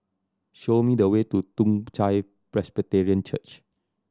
show me the way to Toong Chai Presbyterian Church